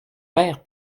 père